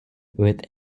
with